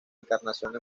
encarnación